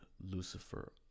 Lucifer